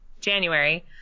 January